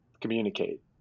communicate